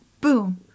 boom